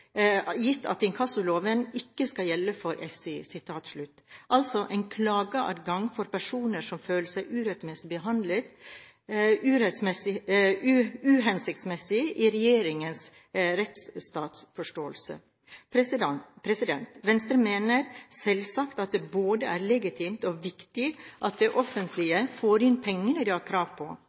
gitt at inkassoloven ikke skal gjelde for SI.» Klageadgang for personer som føler seg urettmessig behandlet, er altså uhensiktsmessig i regjeringens rettsstatsforståelse. Venstre mener selvsagt at det er både legitimt og viktig at det offentlige får inn pengene de har krav på.